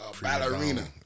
ballerina